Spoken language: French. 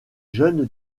jeunes